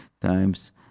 times